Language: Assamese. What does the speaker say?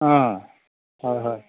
হয় হয়